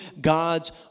God's